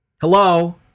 Hello